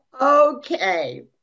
Okay